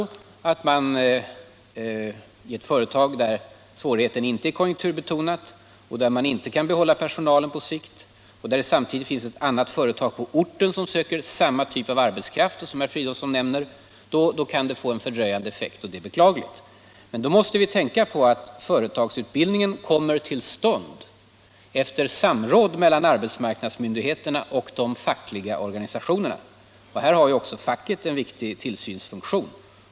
Om det gäller ett företag där svårigheten inte är konjunkturbetonad, där man inte kan behålla personalen på sikt, och om det samtidigt finns ett annat företag på orten som söker samma typ av arbetskraft, som herr Fridolfsson säger, då kan det bli en fördröjande effekt, och det är i så fall beklagligt. Men då måste vi tänka på att företagsutbildningen kommer till stånd efter samråd mellan arbetsmarknadsmyndigheterna och de fackliga organisationerna. Här har ju också facket en viktig tillsynsfunktion.